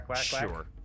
Sure